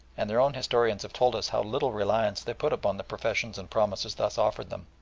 and their own historians have told us how little reliance they put upon the professions and promises thus offered them,